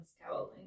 scowling